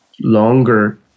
longer